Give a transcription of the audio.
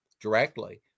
directly